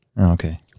Okay